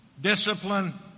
discipline